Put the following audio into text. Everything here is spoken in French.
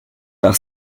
par